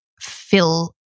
fill